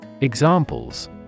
Examples